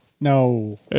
No